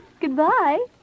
Goodbye